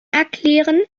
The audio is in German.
erklären